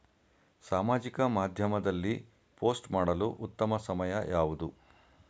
ಸಾಮಾಜಿಕ ಮಾಧ್ಯಮದಲ್ಲಿ ಪೋಸ್ಟ್ ಮಾಡಲು ಉತ್ತಮ ಸಮಯ ಯಾವುದು?